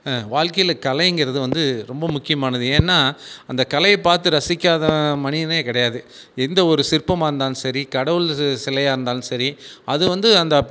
வாழ்க்கையில் கலைங்கிறது வந்து ரொம்ப முக்கியமானது ஏன்னால் அந்த கலையை பார்த்து ரசிக்காத மனிதனே கிடையாது எந்த ஒரு சிற்பமாக இருந்தாலும் சரி கடவுள் இது சிலையாக இருந்தாலும் சரி அது வந்து அந்தப்